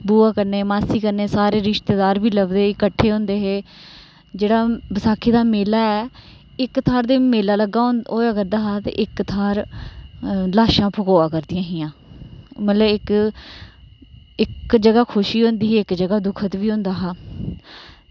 बुआ कन्नै मासी कन्नै सारे रिश्तेदार बी लभदे कट्ठे होंदे हे जेह्ड़ा बसाखी दा मेला ऐ इक थाह्र ते मेला लग्गा होआ करदा हा ते इक थाह्र लाशां फकोआ करदियां हां मतलव इक इक जगह खुशी होंदी ही इक जगह दुखद बी होंदा हा